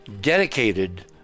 dedicated